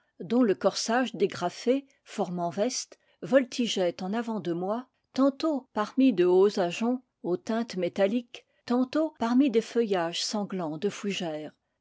dont le corsage dégrafé formant veste voltigeait en avant de moi tantôt parmi de hauts ajoncs aux teintes métalliques tantôt parmi des feuillages sanglants de fougères